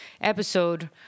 episode